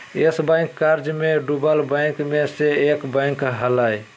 yes bank कर्ज मे डूबल बैंक मे से एक बैंक हलय